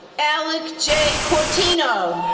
alec j. quartino,